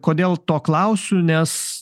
kodėl to klausiu nes